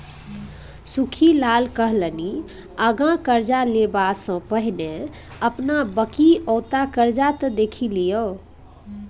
सुख्खी लाला कहलनि आँगा करजा लेबासँ पहिने अपन बकिऔता करजा त देखि लियौ